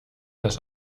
das